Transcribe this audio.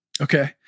okay